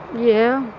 yeah.